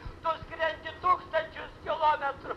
tu skrendi tūkstančius kilometrų